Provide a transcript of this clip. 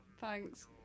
Thanks